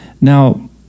Now